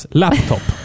laptop